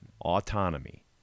Autonomy